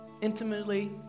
intimately